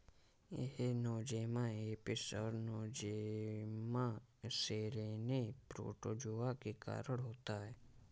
यह Nosema apis और Nosema ceranae protozoa के कारण होता है